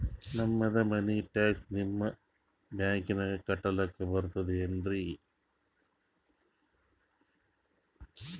ನಮ್ದು ಮನಿ ಟ್ಯಾಕ್ಸ ನಿಮ್ಮ ಬ್ಯಾಂಕಿನಾಗ ಕಟ್ಲಾಕ ಬರ್ತದೇನ್ರಿ?